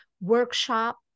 workshop